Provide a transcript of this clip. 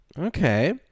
Okay